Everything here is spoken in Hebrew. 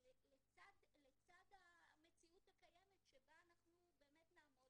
לצד המציאות הקיימת שבה אנחנו נעמוד